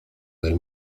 del